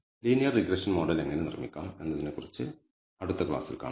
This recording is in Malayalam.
ലീനിയർ റിഗ്രഷൻ മോഡൽ എങ്ങനെ നിർമ്മിക്കാം എന്നതിനെക്കുറിച്ച് അടുത്ത ക്ലാസ്സിൽ കാണാം